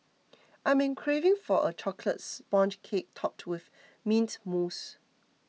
I'm craving for a Chocolate Sponge Cake Topped with Mint Mousse